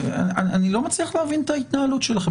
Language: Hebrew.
אני לא מצליח להבין את ההתנהלות שלכם,